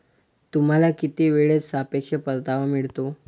तुम्हाला किती वेळेत सापेक्ष परतावा मिळतो?